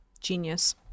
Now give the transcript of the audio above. genius